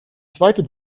zweite